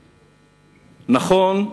נכון,